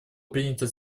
принято